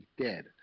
dead